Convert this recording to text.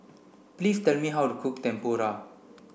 please tell me how to cook Tempura